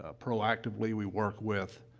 ah proactively. we work with,